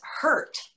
hurt